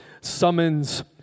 summons